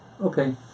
Okay